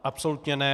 Absolutně ne.